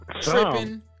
tripping